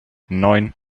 neun